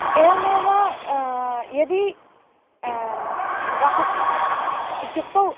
एवमेव यदि वाच् इत्युक्तौ